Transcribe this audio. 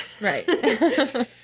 Right